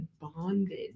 bonded